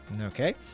okay